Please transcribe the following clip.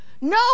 No